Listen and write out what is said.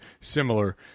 similar